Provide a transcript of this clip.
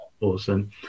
awesome